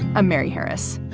i'm mary harris.